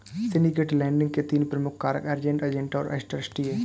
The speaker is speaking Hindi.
सिंडिकेटेड लेंडिंग के तीन प्रमुख कारक अरेंज्ड, एजेंट और ट्रस्टी हैं